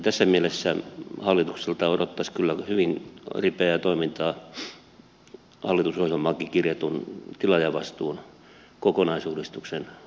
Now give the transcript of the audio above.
tässä mielessä hallitukselta odottaisi kyllä hyvin ripeää toimintaa hallitusohjelmaankin kirjatun tilaajavastuun kokonaisuudistuksen osalta